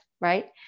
right